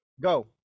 Go